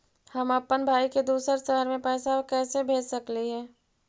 हम अप्पन भाई के दूसर शहर में पैसा कैसे भेज सकली हे?